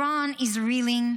Iran is reeling,